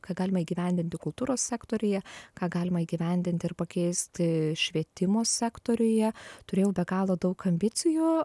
ką galima įgyvendinti kultūros sektoriuje ką galima įgyvendinti ir pakeisti švietimo sektoriuje turėjau be galo daug ambicijų